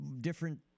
different